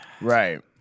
Right